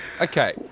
Okay